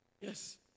Yes